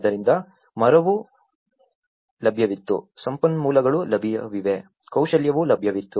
ಆದ್ದರಿಂದ ಮರವು ಲಭ್ಯವಿತ್ತು ಸಂಪನ್ಮೂಲಗಳು ಲಭ್ಯವಿವೆ ಕೌಶಲ್ಯವು ಲಭ್ಯವಿತ್ತು